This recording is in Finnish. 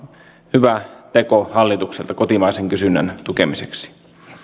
hyvä teko hallitukselta kotimaisen kysynnän tukemiseksi